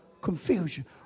confusion